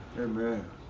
Amen